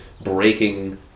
breaking